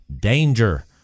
danger